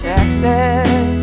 Texas